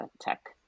tech